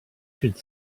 should